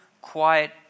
quiet